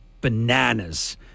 bananas